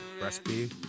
recipe